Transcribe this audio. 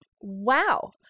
Wow